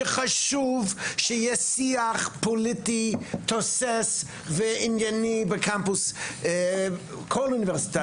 שחשוב שיהיה שיח פוליטי תוסס וענייני בקמפוס כל אוניברסיטה.